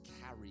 carry